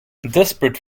desperate